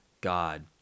God